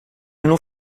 nous